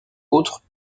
autres